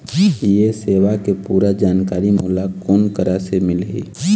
ये सेवा के पूरा जानकारी मोला कोन करा से मिलही?